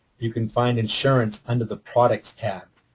you can find insurance under the products tab.